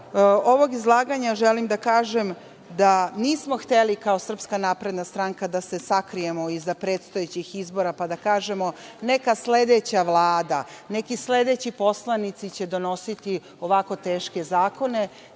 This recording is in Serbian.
ovog izlaganja želim da kažem da nismo hteli kao SNS, da se sakrijemo iza predstojećih izbora, pa da kažemo – neka sledeća Vlada, neki sledeći poslanici će donositi ovako teško zakone.